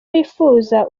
wifuza